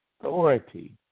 authority